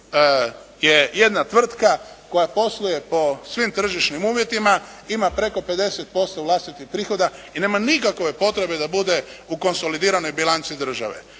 je jedna tvrtka koja posluje po svim tržišnim uvjetima, ima preko 50% vlastitih prihoda i nema nikakove potrebe da bude u konsolidiranoj bilanci države.